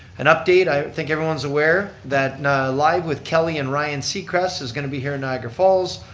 an update, i think everyone's aware that live with kelly and ryan seacrest is going to be here in niagara falls,